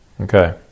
Okay